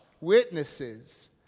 Witnesses